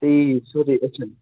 ژےٚ یِیی سورُے أچھَن